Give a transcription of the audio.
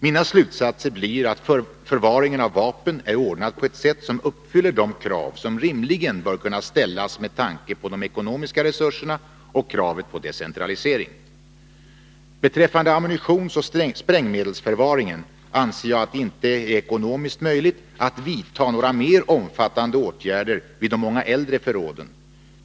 Mina slutsatser blir att förvaringen av vapen är ordnad på ett sätt som uppfyller de krav som rimligen bör kunna ställas med tanke på de ekonomiska resurserna och kravet på decentralisering. Beträffande ammunitionsoch sprängmedelsförvaringen anser jag det inte ekonomiskt möjligt att vidta några mer omfattande åtgärder vid de många äldre förråden.